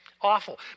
Awful